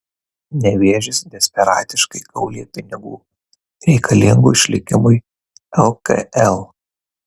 nevėžis desperatiškai kaulija pinigų reikalingų išlikimui lkl